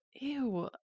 Ew